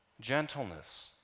gentleness